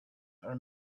are